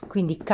Quindi